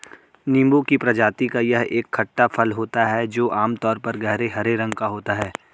नींबू की प्रजाति का यह एक खट्टा फल होता है जो आमतौर पर गहरे हरे रंग का होता है